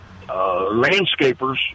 landscapers